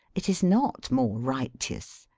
it is not more righteous.